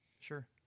Sure